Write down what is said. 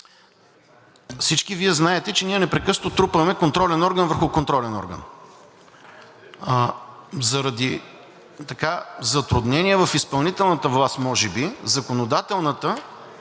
всички Вие знаете, че ние непрекъснато трупаме контролен орган върху контролен орган. Заради затруднения в изпълнителната власт може би законодателната